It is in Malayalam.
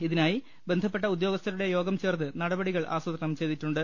ഇതിനായി ബന്ധപ്പെട്ട ഉദ്യോഗസ്ഥരുടെ യോഗം ചേർന്ന് നടപടികൾ ആസൂത്രണം ചെയ്തിട്ടുണ്ട്